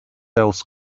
else